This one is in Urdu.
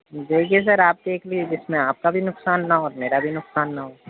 دیکھیے سر آپ دیکھ لیجیے جس میں آپ کا بھی نقصان نہ ہو اور میرا بھی نقصان نہ ہو